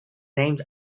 named